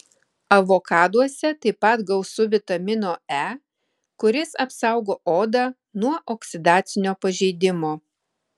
avokaduose taip pat gausu vitamino e kuris apsaugo odą nuo oksidacinio pažeidimo